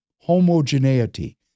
homogeneity